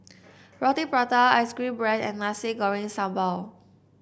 Roti Prata Ice Cream bread and Nasi Goreng Sambal